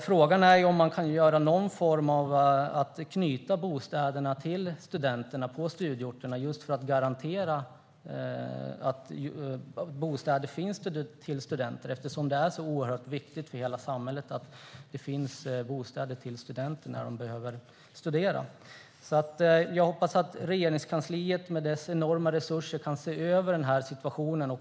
Frågan är om man skulle kunna knyta bostäderna till studenterna på studieorterna just för att garantera att det finns bostäder till studenter. Det är ju oerhört viktigt för hela samhället att det finns bostäder till studenter när de behöver studera. Jag hoppas att Regeringskansliet med dess enorma resurser kan se över den här situationen.